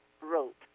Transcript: wrote